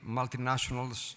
multinationals